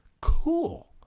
Cool